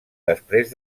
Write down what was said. després